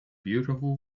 beautiful